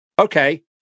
Okay